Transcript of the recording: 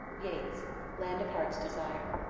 yeats land of heart's desire.